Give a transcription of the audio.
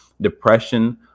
depression